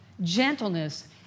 gentleness